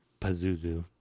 Pazuzu